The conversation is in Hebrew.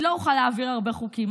אני לא אוכל להעביר הרבה חוקים,